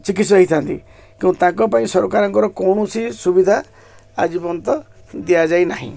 ଚିକିତ୍ସା ହୋଇଥାନ୍ତି ତାଙ୍କ ପାଇଁ ସରକାରଙ୍କର କୌଣସି ସୁବିଧା ଆଜି ପର୍ଯ୍ୟନ୍ତ ଦିଆଯାଇ ନାହିଁ